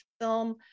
film